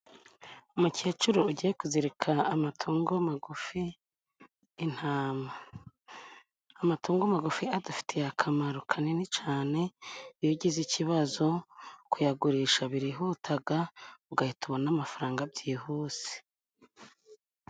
Umukecuru ugiye kuzika amatungo magufi intama amatungo magufi adufitiye akamaro kanini cyane iyo ugize ikibazo kuyagurisha birihuta ugahita ubona amafaranga byihuse.